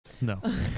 No